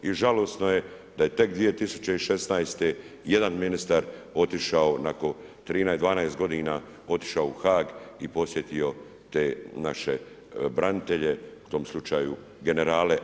I žalosno je da je tek 2016. jedan ministar otišao nakon 13, 12 godina otišao u Hag i posjetio te naše branitelje, u tom slučaju generale.